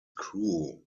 crew